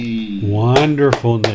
Wonderful